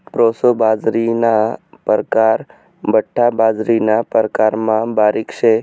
proso बाजरीना परकार बठ्ठा बाजरीना प्रकारमा बारीक शे